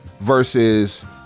versus